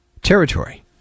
territory